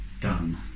done